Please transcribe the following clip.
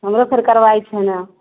हमरो फेर कार्रवाइ छै ने